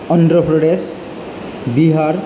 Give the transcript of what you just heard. Andhra Pradesh Bihar